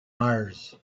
mars